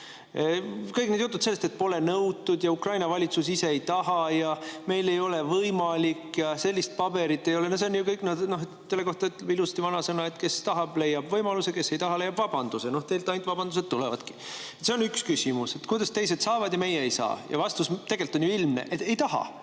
Kõik need jutud sellest, et pole nõutud ja Ukraina valitsus ise ei taha, meil ei ole võimalik ja sellist paberit ei ole – selle kohta ütleb vanasõna ilusti, et kes tahab, leiab võimaluse, ja kes ei taha, leiab vabanduse. Teilt ainult vabandused tulevadki. See on üks küsimus: kuidas teised saavad ja meie ei saa? Vastus on tegelikult ju ilmne: ei taha.